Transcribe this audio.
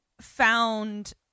found